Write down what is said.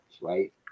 right